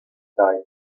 died